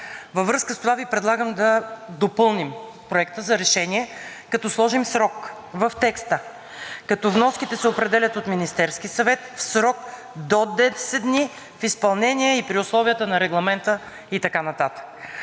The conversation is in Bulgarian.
във връзка с това Ви предлагам да допълним Проекта за решение, като сложим срок в текста: „Като вноските се определят от Министерския съвет в срок до 10 дни в изпълнение и при условията на Регламента.“